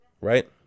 Right